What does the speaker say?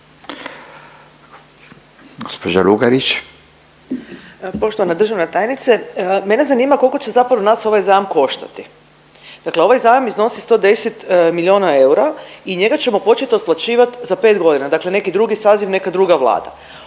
Marija (SDP)** Poštovana državni tajnice, mene zanima koliko će zapravo nas ovaj zajam koštati. Dakle ovaj zajam iznosi 110 milijuna eura i njega ćemo početi otplaćivati za 5 godina, dakle neki drugi saziv, neka druga vlada.